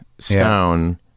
Stone